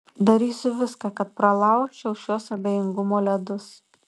darysiu viską kad pralaužčiau šiuos abejingumo ledus